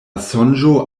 sonĝo